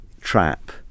trap